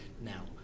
Now